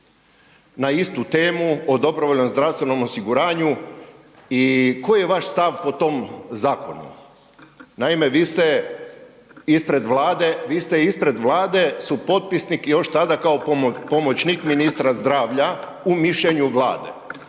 na istu temu o dobrovoljnom zdravstvenom osiguranju i koji je vaš stav po tom zakonu? Naime, vi ste ispred Vlade, vi ste ispred Vlade supotpisnik još tada kao pomoćnik ministra zdravlja u mišljenju Vlade.